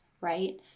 right